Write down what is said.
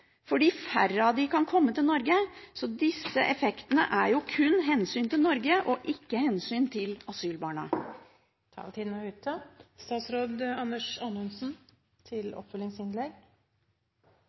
fordi færre av dem kan komme til Norge, så disse effektene er jo kun av hensyn til Norge og ikke av hensyn til asylbarna.